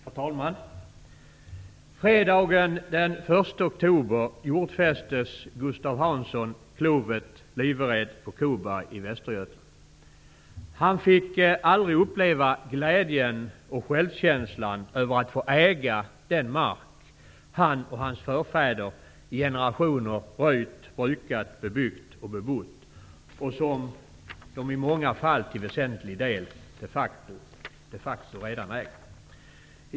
Herr talman! Fredagen den 1 oktober jordfästes Västergötland. Han fick aldrig uppleva glädjen och självkänslan i att få äga den mark som han och hans förfäder i generationer röjt, brukat, bebyggt och bebott och som de i många fall till väsentlig del de facto redan äger.